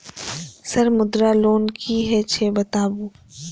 Sir Mudra loan की हे छे बताबू?